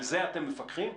על זה אתם מפקחים?